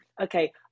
okay